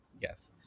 Yes